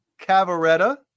Cavaretta